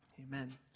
Amen